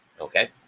Okay